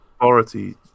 authority